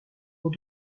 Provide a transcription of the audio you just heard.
aux